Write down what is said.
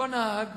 אותו נהג,